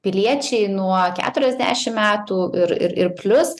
piliečiai nuo keturiasdešim metų ir ir ir plius